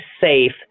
safe